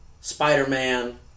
Spider-Man